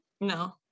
no